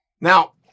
Now